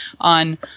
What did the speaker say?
on